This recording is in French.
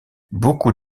beaucoup